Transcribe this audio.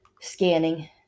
scanning